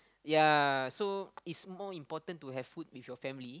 yea so it's more important to have food with your family